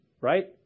right